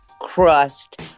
crust